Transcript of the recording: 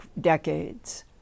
decades